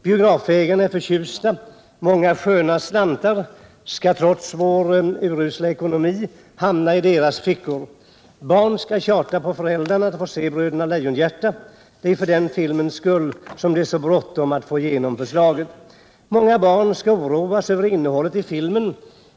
Biografägarna är förtjusta, många sköna slantar skall, trots vår urusla ekonomi, hamna i deras fickor. Barn skall tjata på föräldrarna för att få se filmen Bröderna Lejonhjärta — det är ju för den filmens skull som det är så bråttom att få igenom förslaget. Många barn skall oroas över innehållet i filmen.